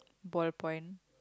ballpoint